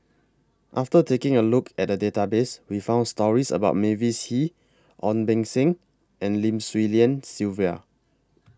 after taking A Look At The Database We found stories about Mavis Hee Ong Beng Seng and Lim Swee Lian Sylvia